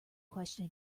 question